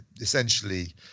essentially